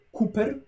Cooper